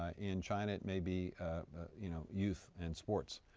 ah in china it may be you know youth and sports.